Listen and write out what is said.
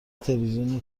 تلوزیون